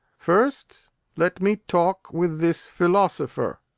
first let me talk with this philosopher.